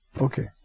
Okay